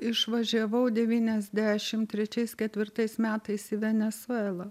išvažiavau devyniasdešim trečiais ketvirtais metais į venesuelą